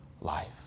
life